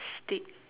stick